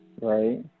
right